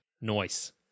noise